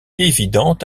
évidente